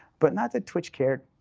but not that twitch cared.